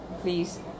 please